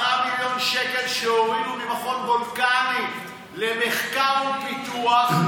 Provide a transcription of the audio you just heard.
מיליון שקל שהורידו ממכון וולקני למחקר ופיתוח.